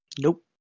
Nope